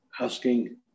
asking